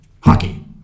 hockey